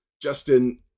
Justin